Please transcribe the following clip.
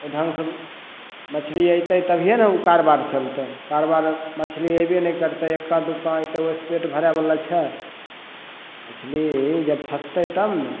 ओइ ढङ्गसँ मछली अइतय तभीये ने उ कारोबार चलतय कारोबार मछली अइबे नहि करतय एक्का दुक्का अइतय ओइसँ पेट भरयवला छै मछली जब फसतय तब ने